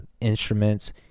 instruments